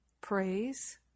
Praise